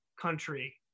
country